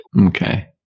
Okay